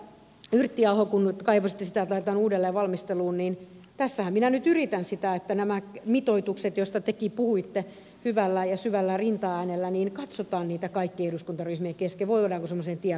yrttiaho kun kaipasitte että laitetaan uudelleenvalmisteluun tässähän minä nyt yritän sitä että näitä mitoituksia joista tekin puhuitte hyvällä ja syvällä rintaäänellä katsotaan kaikkien eduskuntaryhmien kesken ja sitä voidaanko semmoiseen tiekarttaan lähteä